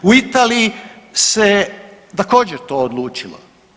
U Italiji se također to odlučilo.